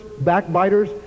backbiters